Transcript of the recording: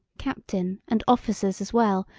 captain and officers as well,